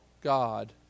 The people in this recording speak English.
God